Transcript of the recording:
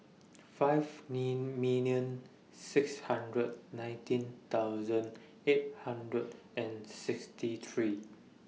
five million six hundred nineteen thousand eight hundred and sixty three